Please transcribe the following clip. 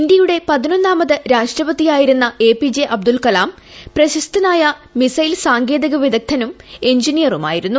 ഇന്ത്യയുടെ പതിനൊന്നാമത് രാഷ്ട്രപതിയിര്യിരുന്ന A P J Abdul Kalam പ്രശസ്തനായ മിസ്പൈൽ സാങ്കേതിക വിദഗ്ധനും എഞ്ചിനിയറുമായിരുന്നു